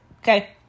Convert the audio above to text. okay